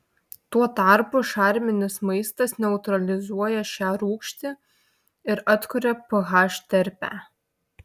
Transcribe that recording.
tuo tarpu šarminis maistas neutralizuoja šią rūgštį ir atkuria ph terpę